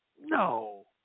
No